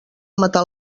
matar